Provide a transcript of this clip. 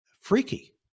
Freaky